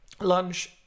lunch